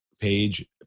page